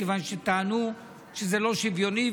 מכיוון שטענו שזה לא שוויוני,